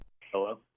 Hello